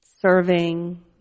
serving